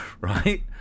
Right